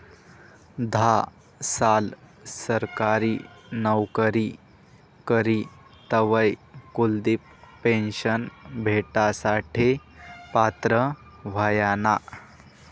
धा साल सरकारी नवकरी करी तवय कुलदिप पेन्शन भेटासाठे पात्र व्हयना